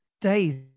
days